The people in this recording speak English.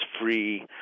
free